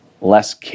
less